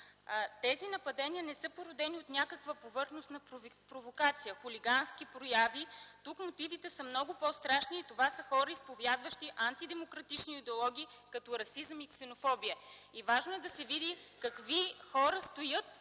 Нападенията не са породени от някаква повърхностна провокация, хулигански прояви. Тук мотивите са много по-страшни. Това са хора, изповядващи антидемократични идеологии като расизъм и ксенофобия. Важно е да се види какви хора стоят